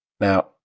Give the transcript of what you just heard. Now